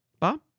Bob